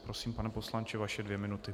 Prosím, pane poslanče, vaše dvě minuty.